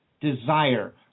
desire